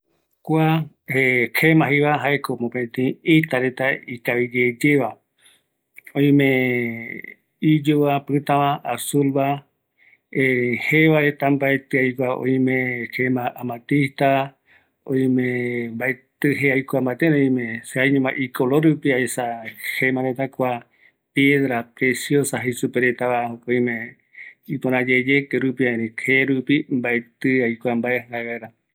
Kua itareta, jaeko ikaviyeyeva, jerupi aibuapota, icolor rupi se aesa, oïme piedra preciosa reta, oïme azulva, iyuva, pɨtava, juuva, tiiva, oïme vi oro, jare korepoti